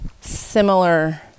similar